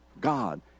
God